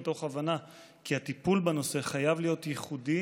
מתוך הבנה כי הטיפול בנושא חייב להיות ייחודי